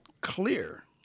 clear